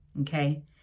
okay